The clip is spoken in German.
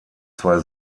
zwei